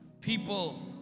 people